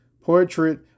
portrait